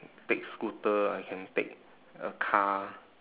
take scooter I can take a car